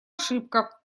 ошибка